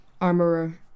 armorer